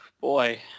boy